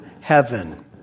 heaven